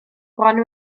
bron